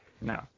No